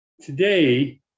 Today